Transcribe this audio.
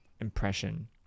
impression